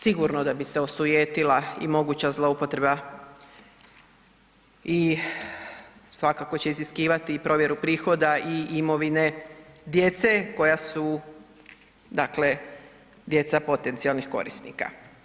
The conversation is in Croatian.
Sigurno da bi se osujetila i moguća zloupotreba i svakako će iziskivati provjeru prihoda i imovine djece koja su djeca potencijalnih korisnika.